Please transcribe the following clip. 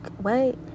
wait